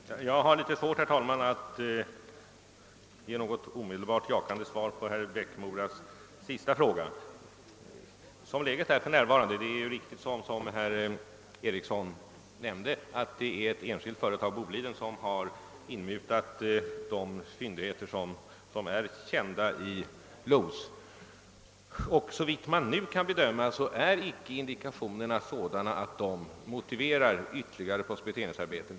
Herr talman! Jag har litet svårt att omedelbart ge något positivt besked på den sista punkt herr Eriksson i Bäckmora berörde. Som läget är för närvarande — det är riktigt att det är ett enskilt företag, Bolidenbolaget, som inmutat de fyndigheter som är kända i Los är indikationerna icke sådana att de motiverar ytterligare prospekteringsarbeten.